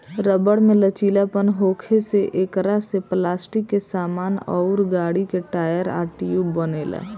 rubber में लचीलापन होखे से एकरा से पलास्टिक के सामान अउर गाड़ी के टायर आ ट्यूब बनेला